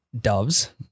Doves